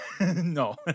No